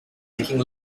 making